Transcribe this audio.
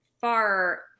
far